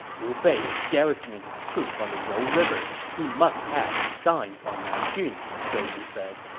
liu bei is garrisoning his troops on the you river he must have designs on nanjun, zhou yu said.